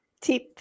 tip